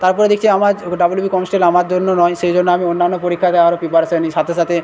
তারপরে দেখেছি আমার ডব্লিউবি কনস্টেবল আমার জন্য নয় সেই জন্য আমি অন্যান্য পরীক্ষা দেওয়ারও প্রিপারেশন নিই সাথে সাথে